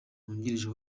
wungirije